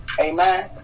Amen